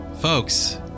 Folks